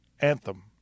anthem